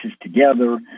together